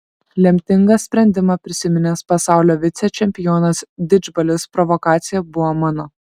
lemtingą sprendimą prisiminęs pasaulio vicečempionas didžbalis provokacija buvo mano